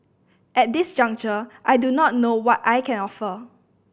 at this juncture I do not know what I can offer